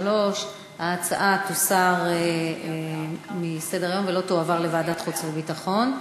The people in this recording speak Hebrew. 3. ההצעה תוסר מסדר-היום ולא תועבר לוועדת החוץ והביטחון.